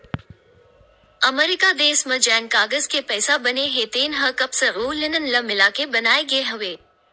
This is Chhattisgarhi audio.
अमरिका देस म जेन कागज के पइसा बने हे तेन ह कपसा अउ लिनन ल मिलाके बनाए गे हवय